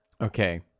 Okay